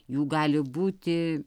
jų gali būti